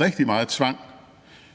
rigtig meget tvang